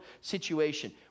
situation